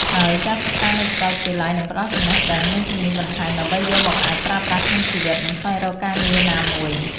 ហើយការសិក្សានៅសាកលវិទ្យាល័យនឹងផ្ដល់ចំណេះដឹង និងជំនាញបន្ថែមដើម្បីយកមកអាចប្រើប្រាស់ក្នុងជីវិត និងស្វែងរកការងារណាមួយ។